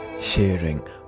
sharing